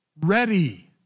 ready